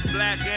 Black